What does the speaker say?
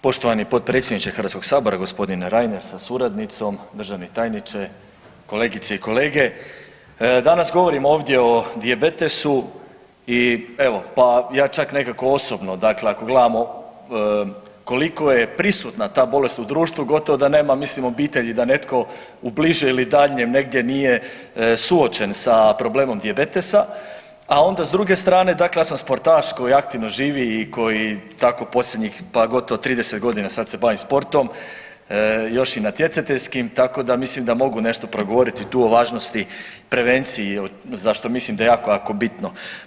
Poštovani potpredsjedniče Hrvatskog sabora gospodine Reiner sa suradnicom, državni tajniče, kolegice i kolege, danas govorimo ovdje o dijabetesu i evo pa ja čak nekako osobno, dakle ako gledamo koliko je prisutna ta bolest u društvu gotovo da nema mislim obitelji da netko u bližem ili daljnjem negdje nije suočen sa problemom dijabetesa, a onda s druge strane, dakle ja sam sportaš koji aktivno živi koji tako posljednjih pa gotovo 30 godina sad se bavim sportom, još i natjecateljskim tako da mislim da mogu nešto progovoriti tu o važnosti, prevenciji za što mislim da je jako, jako bitno.